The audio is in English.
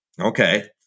Okay